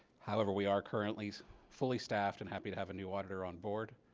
however we are currently fully staffed and happy to have a new auditor on board